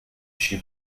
she